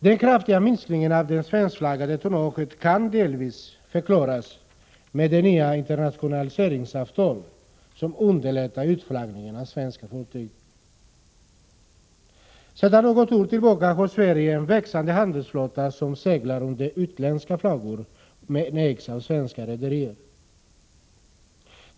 Den kraftiga minskningen av det svenskflaggade tonnaget kan delvis bero på det nya internationaliseringsavtalet, som underlättar utflaggningen av svenska fartyg. Sedan något år tillbaka har Sverige en växande handelsflotta, som seglar under utländsk flagg men ägs av svenska rederier.